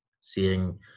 seeing